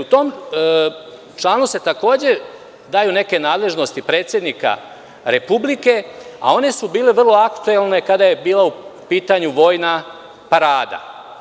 U tom članu se takođe daju neke nadležnosti predsednika Republike, a one su bile vrlo aktuelne kada je bila u pitanju Vojna parada.